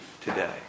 today